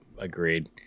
Agreed